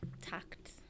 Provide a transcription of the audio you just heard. tact